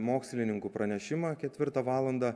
mokslininkų pranešimą ketvirtą valandą